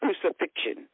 crucifixion